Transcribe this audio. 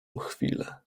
chwilę